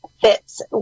fits